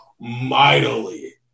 mightily